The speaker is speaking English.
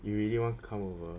you really want come over